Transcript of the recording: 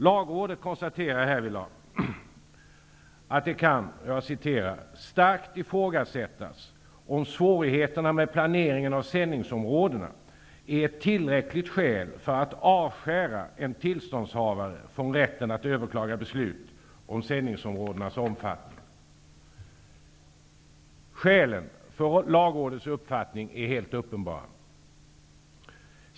Lagrådet konstaterar härvidlag att det kan ''starkt ifrågasättas om svårigheterna med planeringen av sändningsområdena är ett tillräckligt skäl för att avskära en tillståndshavare från rätten att överklaga beslut om sändningsområdenas omfattning''. Skälen för Lagrådets uppfattning är helt uppenbara.